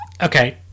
Okay